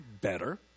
better